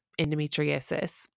endometriosis